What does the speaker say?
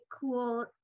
cool